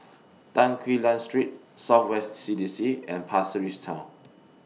Tan Quee Lan Street South West C D C and Pasir Ris Town